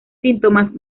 síntomas